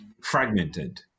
fragmented